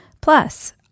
Plus